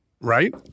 Right